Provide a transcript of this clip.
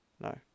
No